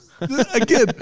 again